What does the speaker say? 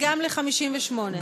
וגם ל-58.